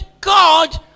God